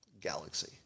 galaxy